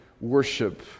worship